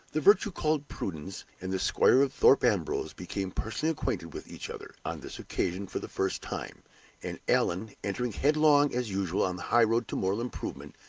the virtue called prudence and the squire of thorpe ambrose became personally acquainted with each other, on this occasion, for the first time and allan, entering headlong as usual on the high-road to moral improvement,